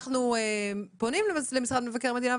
אנחנו פונים למשרד מבקר המדינה.